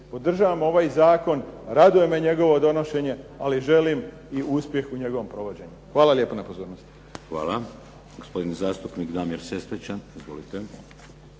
podržavam ovaj zakon, raduje me njegovo donošenje, ali želim i uspjeh u njegovom provođenju. Hvala lijepa na pozornosti. **Šeks, Vladimir (HDZ)** Hvala. Gospodin zastupnik Damir Sesvečan. Izvolite.